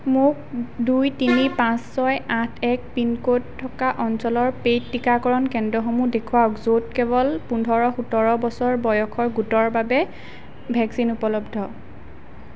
মোক দুই তিনি পাঁচ ছয় আঠ এক পিনক'ড থকা অঞ্চলৰ পে'ইড টীকাকৰণ কেন্দ্ৰসমূহ দেখুৱাওক য'ত কেৱল পোন্ধৰ সোতৰ বছৰ বয়সৰ গোটৰ বাবে ভেকচিন উপলব্ধ